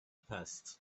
passed